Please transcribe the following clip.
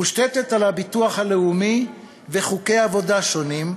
המושתתת על הביטוח הלאומי וחוקי עבודה שונים,